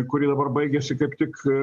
kuri dabar baigiasi kaip tik